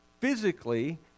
physically